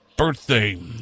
birthday